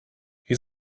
his